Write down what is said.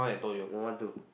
one one two